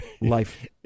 life